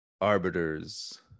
Arbiters